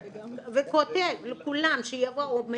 וכותב לכולם שיבואו,